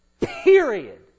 period